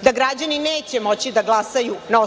da građani neće moći da glasaju na